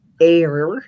air